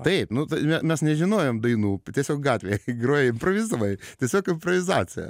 taip nu tai me mes nežinojome dainų tiesiog gatvėjgroji impovizavai tiesiog improvizacija